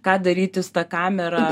ką daryti su ta kamera